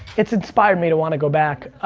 it's inspired me to wanna go back.